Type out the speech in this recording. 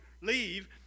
leave